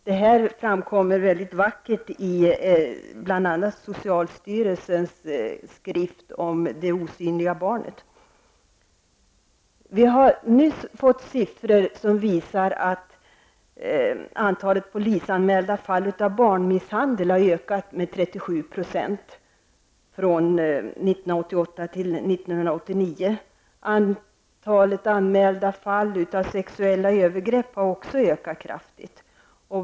Det här belyses vackert i bl.a. socialstyrelsens skrift Det osynliga barnet. Vi har nyss fått siffror som visar att antalet polisanmälda fall av barnmisshandel har ökat med 37 % från 1988 till 1989. Antalet anmälda fall av sexuella övergrepp har också ökat kraftigt.